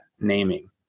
naming